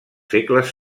segles